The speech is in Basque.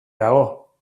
dago